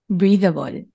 breathable